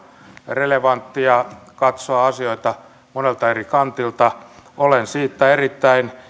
relevanttia katsoa asioita monelta eri kantilta olen erittäin